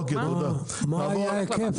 נעבור לאיגוד